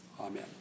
Amen